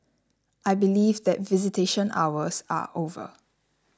I believe that visitation hours are over